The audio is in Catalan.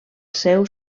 seu